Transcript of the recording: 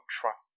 trust